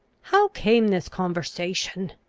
how came this conversation?